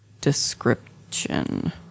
description